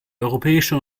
europäische